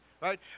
right